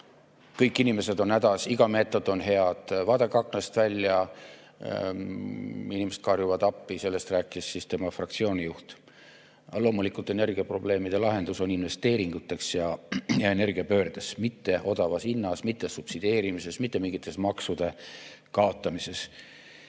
kõik inimesed on hädas, iga meetod on hea, vaadake aknast välja, inimesed karjuvad appi. Sellest rääkis tema fraktsiooni juht. Loomulikult on energiaprobleemide lahendus investeeringutes ja energiapöördes, mitte odavamas hinnas, subsideerimises või mingite maksude kaotamises.